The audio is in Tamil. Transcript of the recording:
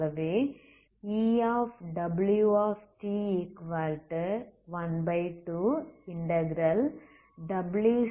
ஆகவே E12w2xt⏟dxB